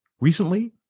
recently